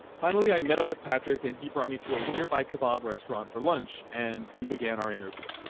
finally, i met up with patrick and he brought me to a nearby kebab restaurant for lunch and we began our interview.